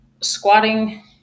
squatting